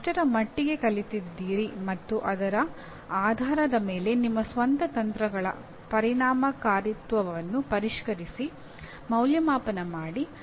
ನೀವು ಎಷ್ಟರ ಮಟ್ಟಿಗೆ ಕಲಿತಿದ್ದೀರಿ ಮತ್ತು ಅದರ ಆಧಾರದ ಮೇಲೆ ನಿಮ್ಮ ಸ್ವಂತ ತಂತ್ರಗಳ ಪರಿಣಾಮಕಾರಿತ್ವವನ್ನು ಪರಿಷ್ಕರಿಸಿ ಮೌಲ್ಯಅಂಕಣ ಮಾಡಿ